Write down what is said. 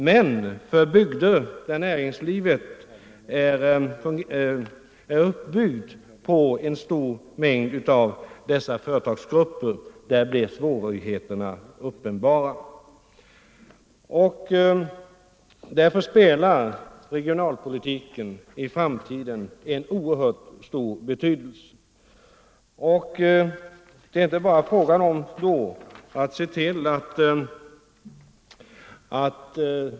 Men för bygder där näringslivet är uppbyggt på sådana företag blir svårigheterna uppenbara. Därför kommer regionalpolitiken i framtiden att spela en oerhört stor roll.